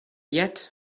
yet